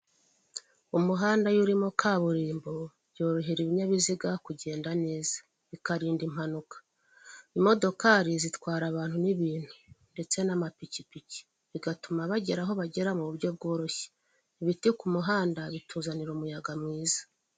Umuhanda iyo urimo kaburimbo, byorohera ibinyabiziga kugenda neza. Bikarinda impanuka. Imodokari zitwara abantu n'ibintu. Ndetse n'amapikipiki. Bigatuma bagera aho bagera mu buryo bworoshye. Ibiti ku muhanda bituzanira umuyaga mwiza.